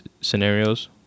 scenarios